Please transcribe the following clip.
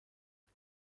چرا